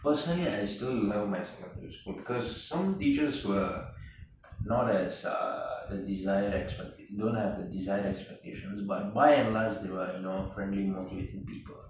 personally I still love my secondary school because some teachers were not as uh the design experts they don't have the desired expectations but by and large they were you know friendly motivating people